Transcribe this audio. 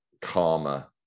karma